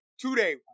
today